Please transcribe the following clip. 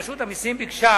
רשות המסים ביקשה